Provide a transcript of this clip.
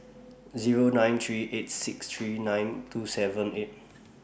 Zero nine three eight six three nine two seven eight